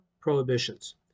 prohibitions